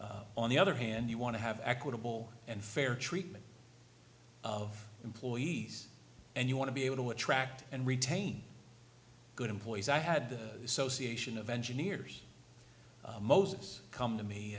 s on the other hand you want to have equitable and fair treatment of employees and you want to be able to attract and retain good employees i had the association of engineers moses come to me